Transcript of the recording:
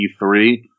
E3